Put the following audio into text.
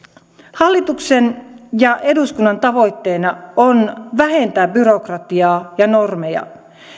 hallituksen ja eduskunnan tavoitteena on vähentää byrokratiaa ja normeja